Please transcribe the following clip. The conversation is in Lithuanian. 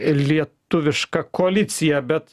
lietuviška koalicija bet